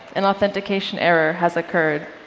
an authentication error has occurred.